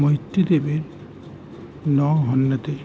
মৈত্রী দেবের ন হন্যতে